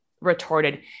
retorted